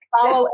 follow